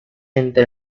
entre